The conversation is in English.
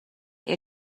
your